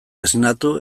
esnatu